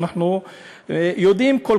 ואנחנו רואים את ההפגנות שלהם ואת השביתות שלהם,